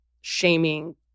shaming